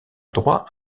droit